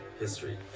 history